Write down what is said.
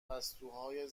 پستوهای